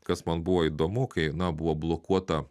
kas man buvo įdomu kai na buvo blokuota